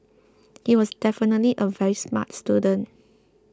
he was definitely a very smart student